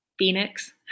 phoenix